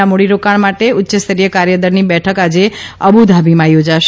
ના મૂડીરોકાણ માટેના ઉચ્યસ્તરીય કાર્યદળની બેઠક આજે અબુધાબીમાં યોજાશે